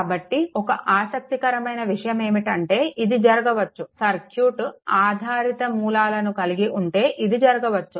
కాబట్టి ఒక ఆసక్తికరమైన విషయం ఏమిటంటే ఇది జరగవచ్చు సర్క్యూట్ ఆధారిత మూలాలను కలిగి ఉంటే ఇది జరగవచ్చు